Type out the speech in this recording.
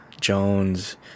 jones